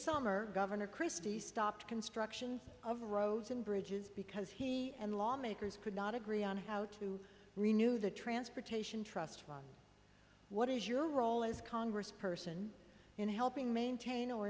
summer governor christie stopped construction of roads and bridges because he and lawmakers could not agree on how to renew the transportation trust fund what is your role as congress person in helping